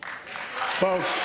Folks